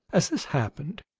as this happened,